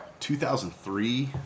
2003